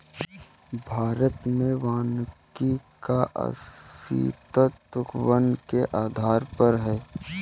भारत में वानिकी का अस्तित्व वैन के आधार पर है